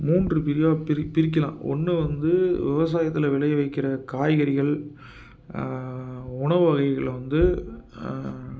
மூன்று பிரிவாக பிரி பிரிக்கலாம் ஒன்று வந்து விவசாயத்தில் விளைய வைக்கிற காய்கறிகள் உணவு வகைகளை வந்து